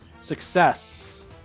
success